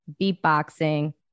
beatboxing